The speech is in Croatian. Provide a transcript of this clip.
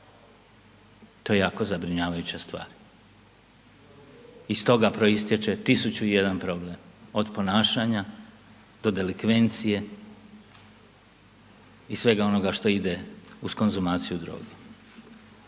To je jako zabrinjavajuća stvar. Iz toga proistječe tisuću i jedan problem, od ponašanja do delikvencije i svega onoga što ide uz konzumaciju droge.